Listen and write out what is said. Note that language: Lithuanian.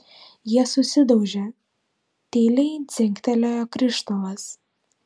jie susidaužė tyliai dzingtelėjo krištolas